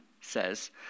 says